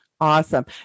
awesome